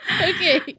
Okay